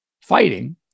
fighting